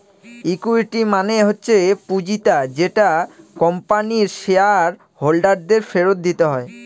equity মানে হচ্ছে পুঁজিটা যেটা কোম্পানির শেয়ার হোল্ডার দের ফেরত দিতে হয়